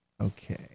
Okay